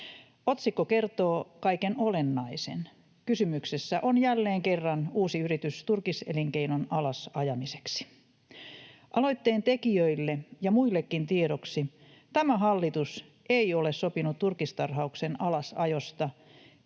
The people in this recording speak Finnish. Otsikko kertoo kaiken olennaisen. Kysymyksessä on jälleen kerran uusi yritys turkiselinkeinon alasajamiseksi. Aloitteentekijöille ja muillekin tiedoksi: tämä hallitus ei ole sopinut turkistarhauksen alasajosta,